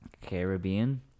Caribbean